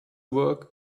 work